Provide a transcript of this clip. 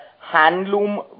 handloom